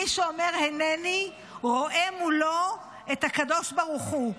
מי שאומר "הינני" רואה מולו את הקדוש ברוך הוא,